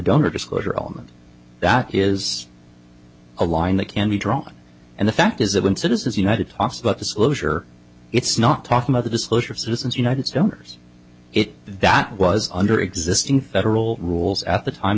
donor disclosure on that is a line that can be drawn and the fact is that when citizens united talks about disclosure it's not talking about the disclosure of citizens united stoner's it that was under existing federal rules at the time